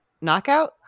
knockout